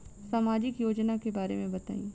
सामाजिक योजना के बारे में बताईं?